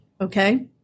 Okay